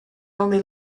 only